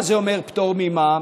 מה זה אומר פטור ממע"מ?